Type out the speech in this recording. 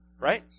right